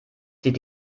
sie